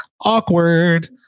Awkward